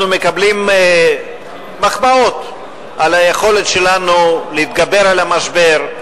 מקבלים מחמאות על היכולת שלנו להתגבר על המשבר,